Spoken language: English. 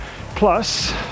plus